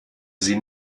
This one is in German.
sie